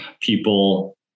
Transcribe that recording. people